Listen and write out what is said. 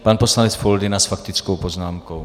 Pan poslanec Foldyna s faktickou poznámkou.